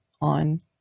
On